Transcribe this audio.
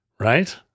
Right